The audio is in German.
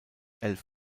elf